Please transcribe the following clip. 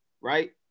right